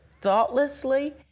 thoughtlessly